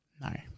No